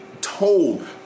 told